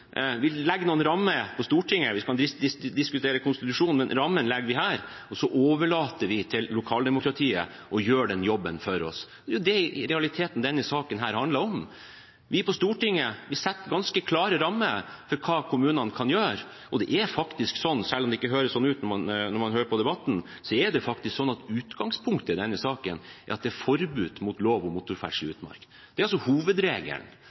vi til lokaldemokratiet å gjøre jobben for oss. Det er det denne saken i realiteten handler om. Vi på Stortinget setter ganske klare rammer for hva kommunene kan gjøre, og det er faktisk sånn, selv om det ikke høres sånn ut når man hører på debatten, at utgangspunktet i denne saken er at det er forbud mot motorferdsel i utmark. Det er altså hovedregelen.